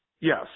Yes